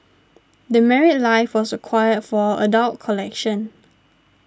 The Married Life was acquired for our adult collection